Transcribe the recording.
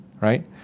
right